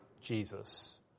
Jesus